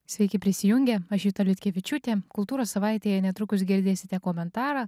sveiki prisijungę aš juta liutkevičiūtė kultūros savaitėje netrukus girdėsite komentarą